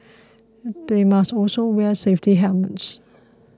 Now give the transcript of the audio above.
they must also wear safety helmets